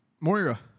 Moira